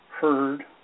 heard